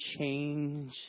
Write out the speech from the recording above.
change